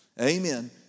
Amen